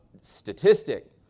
statistic